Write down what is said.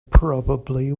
probably